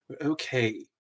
Okay